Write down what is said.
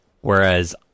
whereas